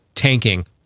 tanking